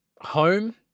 home